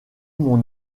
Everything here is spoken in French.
mon